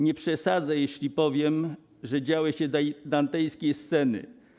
Nie przesadzę, jeśli powiem, że działy się dantejskie sceny.